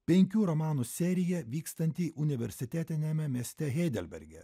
penkių romanų serija vykstanti universitetiniame mieste heidelberge